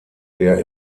der